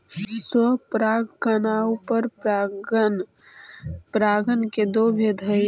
स्वपरागण आउ परपरागण परागण के दो भेद हइ